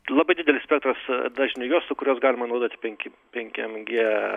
labai didelis spektras dažnių juostų kuriuos galima naudoti penki penkiem gie